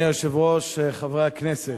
אדוני היושב-ראש, חברי הכנסת,